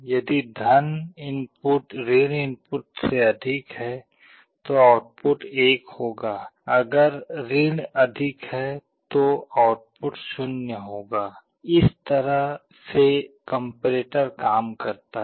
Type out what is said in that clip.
यदि input input से अधिक है तो आउटपुट 1 होगा अगर अधिक है तो आउटपुट 0 होगा इस तरह से कम्पेरेटर काम करता है